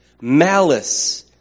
malice